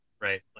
right